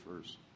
first